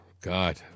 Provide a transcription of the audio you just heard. God